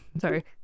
Sorry